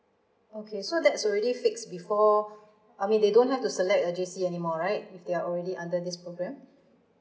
okay so that's already fix before I mean they don't have to select a J_C anymore right if they are already under this program